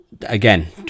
again